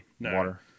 water